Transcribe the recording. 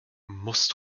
musst